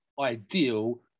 ideal